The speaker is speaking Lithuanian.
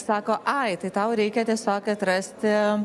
sako ai tai tau reikia tiesiog atrasti